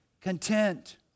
content